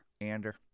Ander